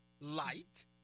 Light